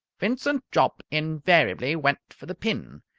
vincent jopp invariably went for the pin.